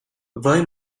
với